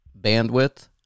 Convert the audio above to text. bandwidth